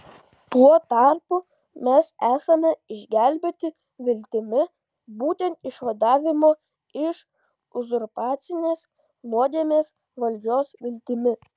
tuo tarpu mes esame išgelbėti viltimi būtent išvadavimo iš uzurpacinės nuodėmės valdžios viltimi